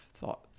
thought